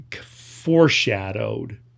foreshadowed